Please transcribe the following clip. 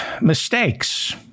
mistakes